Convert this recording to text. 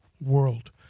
world